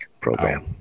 program